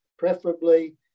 Preferably